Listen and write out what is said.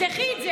תפתחי את זה.